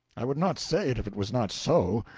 i would not say it if it was not so.